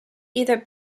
either